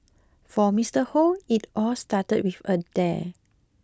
for Mister Hoe it all started with a dare